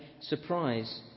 surprise